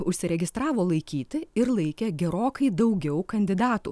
užsiregistravo laikyti ir laikė gerokai daugiau kandidatų